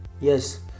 yes